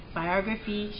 biography